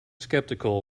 skeptical